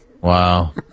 Wow